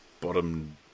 bottom